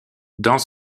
dans